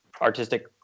artistic